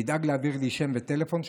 תדאג להעביר לי שם וטלפון שלהם.